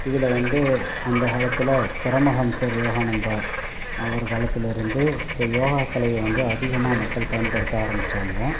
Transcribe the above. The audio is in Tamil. இதில் வந்து அந்த காலத்தில் பரமஹம்சர் யோகானந்தா அவர் காலத்தில் இருந்து இந்த யோகா கலையை வந்து அதிகமாக மக்கள் பயன்படுத்த ஆரம்பித்தாங்க